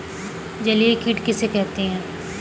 जलीय कीट किसे कहते हैं?